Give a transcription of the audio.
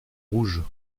rouges